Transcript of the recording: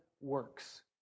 works